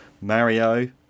mario